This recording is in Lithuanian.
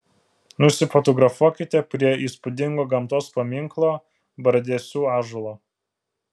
nusifotografuokite prie įspūdingo gamtos paminklo bradesių ąžuolo